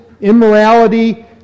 immorality